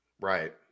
Right